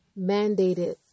mandated